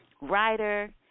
writer